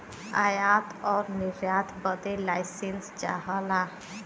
आयात आउर निर्यात बदे लाइसेंस चाहला